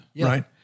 right